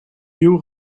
hue